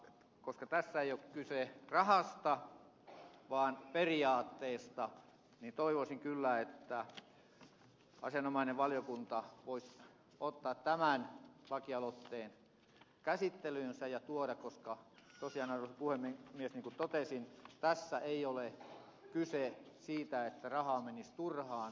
koska tässä ei ole kyse rahasta vaan periaatteesta niin toivoisin kyllä että asianomainen valiokunta voisi ottaa tämän lakialoitteen käsittelyynsä koska tosiaan arvoisa puhemies niin kuin totesin tässä ei ole kyse siitä että rahaa menisi turhaan